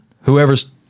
whoever's